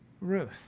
Ruth